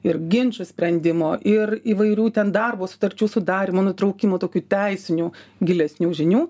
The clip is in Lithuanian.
ir ginčų sprendimo ir įvairių ten darbo sutarčių sudarymo nutraukimo tokių teisinių gilesnių žinių